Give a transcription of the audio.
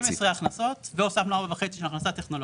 אבל פה העלינו ל-12 מיליון הכנסות והוספנו 4.5 מיליון הכנסה טכנולוגית.